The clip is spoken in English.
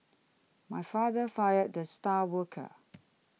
my father fired the star worker